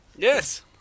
Yes